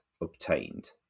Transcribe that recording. obtained